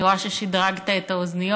אני רואה ששדרגת את האוזניות.